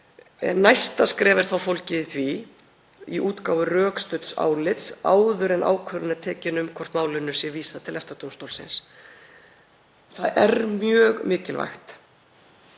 Næsta skref er þá fólgið í útgáfu rökstudds álits áður en ákvörðun er tekin um hvort málinu sé vísað til EFTA-dómstólsins. Það er mjög mikilvægt